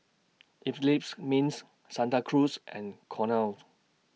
Eclipse Mints Santa Cruz and Cornell